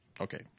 okay